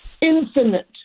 infinite